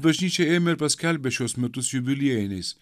bažnyčia ėmė ir paskelbė šiuos metus jubiliejiniais